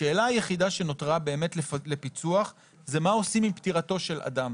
השאלה היחידה שנותרה לפיצוח זה מה עושים עם פטירתו של אדם.